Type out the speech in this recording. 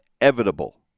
inevitable